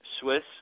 Swiss